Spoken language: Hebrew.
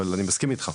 אבל אני מסכים איתך.